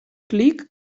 clic